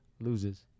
loses